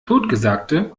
totgesagte